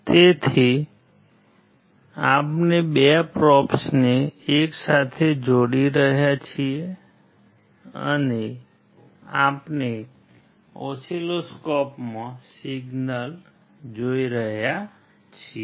તેથી આપણે 2 પ્રોબ્સને એક સાથે જોડી રહ્યા છીએ અને આપણે ઓસિલોસ્કોપમાં સિગ્નલ જોઈ રહ્યા છીએ